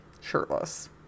Shirtless